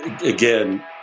Again